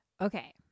Okay